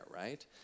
right